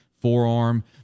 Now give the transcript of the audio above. forearm